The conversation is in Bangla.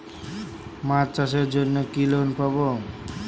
মাছ চাষের জন্য কি লোন পাব?